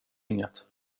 inget